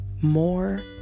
more